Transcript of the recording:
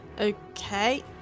okay